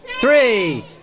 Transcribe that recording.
three